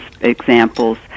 examples